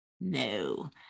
No